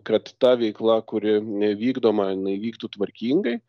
kad ta veikla kuri vykdoma jinai vyktų tvarkingai